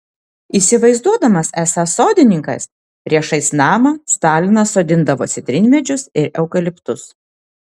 įsivaizduodamas esąs sodininkas priešais namą stalinas sodindavo citrinmedžius ir eukaliptus